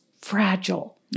fragile